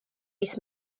mis